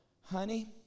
Honey